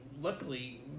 luckily